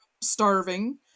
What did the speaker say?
starving